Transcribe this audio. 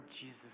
Jesus